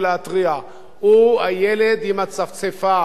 הוא הילד עם הצפצפה.